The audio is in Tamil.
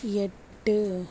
எட்டு